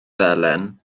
felen